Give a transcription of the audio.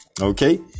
Okay